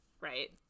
right